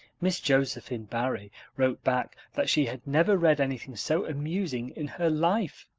miss josephine barry wrote back that she had never read anything so amusing in her life.